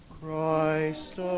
Christ